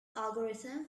algorithm